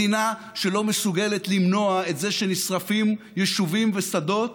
מדינה שלא מסוגלת למנוע את זה שנשרפים יישובים ושדות